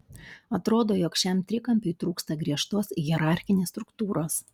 atrodo jog šiam trikampiui trūksta griežtos hierarchinės struktūros